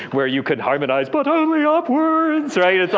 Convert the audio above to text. where you could harmonize but only upwards, right.